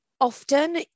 Often